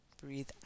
Breathe